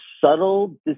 subtle